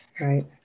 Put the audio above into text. Right